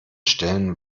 stellen